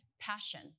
passion